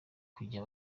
kujya